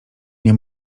nie